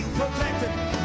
Protected